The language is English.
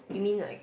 you mean like